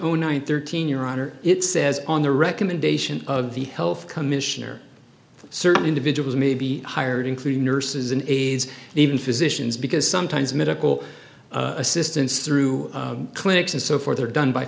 zero nine thirteen your honor it says on the recommendation of the health commissioner certain individuals may be hired including nurses and aides and even physicians because sometimes medical assistance through clinics and so forth are done by